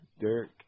Derek